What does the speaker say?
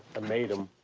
ah made him